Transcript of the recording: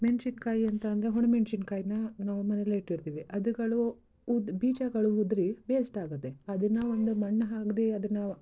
ಮೆಣ್ಸಿನ್ಕಾಯಿ ಅಂತ ಅಂದರೆ ಹೊಣೆ ಮೆಣ್ಸಿನ ಕಾಯನ್ನ ನಾವು ಮನೇಲೆ ಇಟ್ಟಿರ್ತೀವಿ ಅವುಗಳು ಉದ್ದು ಬೀಜಗಳು ಉದುರಿ ವೇಸ್ಟಾಗುತ್ತೆ ಅದನ್ನು ಒಂದು ಮಣ್ಣು ಹಾಕದೆ ಅದನ್ನು